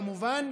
כמובן,